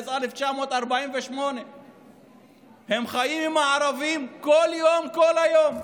מאז 1948. הם חיים עם הערבים כל יום כל היום.